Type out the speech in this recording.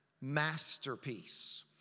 masterpiece